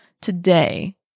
today